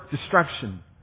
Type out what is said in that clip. destruction